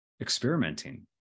experimenting